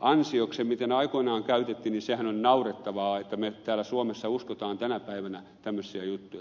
ansioksi miten sitä aikoinaan käytettiin on naurettavaa että me täällä suomessa uskomme tänä päivänä tämmöisiä juttuja